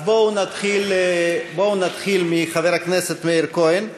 בואו נתחיל מחבר הכנסת מאיר כהן.